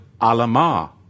Alama